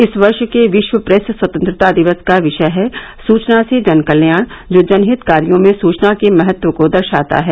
इस वर्ष के विश्व प्रेस स्वतंत्रता दिवस का विषय है सूचना से जनकल्याण जो जनहित कार्यो में सूचना के महत्व को दर्शाता है